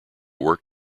work